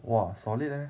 !wah! solid leh